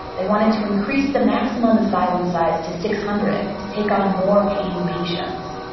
they wanted to increase the maximum asylum size to six hundred to take on more paying patients.